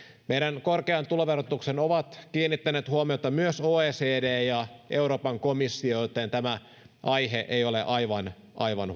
meidän korkeaan tuloverotukseen ovat kiinnittäneet huomiota myös oecd ja euroopan komissio joten tämä huoli ei ole aivan aivan